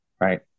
Right